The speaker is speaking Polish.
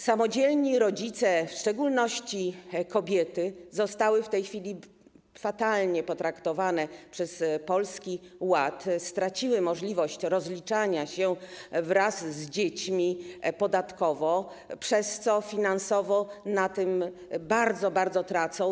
Samodzielni rodzice, w szczególności kobiety, zostali w tej chwili fatalnie potraktowani przez Polski Ład stracili możliwość rozliczania się wraz z dziećmi podatkowo, przez co finansowo na tym bardzo, bardzo tracą.